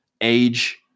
age